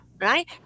right